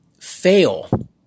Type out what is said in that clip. fail